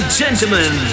gentlemen